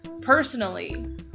personally